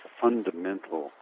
fundamental